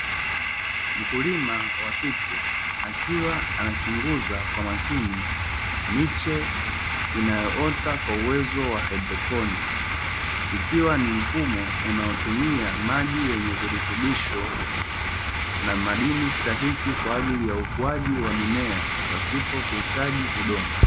Mkulima wa kike akiwa anachunguza kwa makini miche inayoota kwa uwezo wa hayidroponi ikiwa ni mfumo unaotumia maji yenye virutubisho na madini stahiki kwaajili ya ukuwaji wa mimea pasipo kuhitaji udongo.